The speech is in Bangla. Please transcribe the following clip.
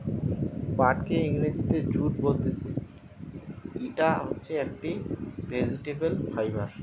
পাটকে ইংরেজিতে জুট বলতিছে, ইটা হচ্ছে একটি ভেজিটেবল ফাইবার